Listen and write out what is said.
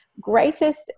greatest